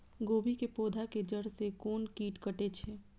गोभी के पोधा के जड़ से कोन कीट कटे छे?